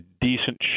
decent